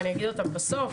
אני אגיד אותם בסוף,